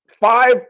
five